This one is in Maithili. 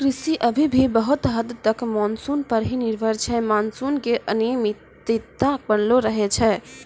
कृषि अभी भी बहुत हद तक मानसून पर हीं निर्भर छै मानसून के अनियमितता बनलो रहै छै